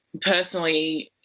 Personally